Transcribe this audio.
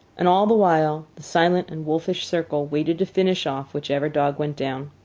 and all the while the silent and wolfish circle waited to finish off whichever dog went down.